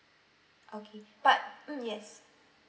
okay but mm yes